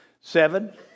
seven